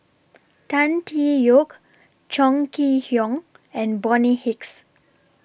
Tan Tee Yoke Chong Kee Hiong and Bonny Hicks